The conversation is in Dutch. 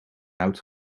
out